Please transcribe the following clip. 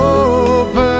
open